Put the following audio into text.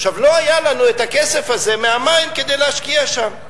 לא היה לנו הכסף הזה מהמים כדי להשקיע שם.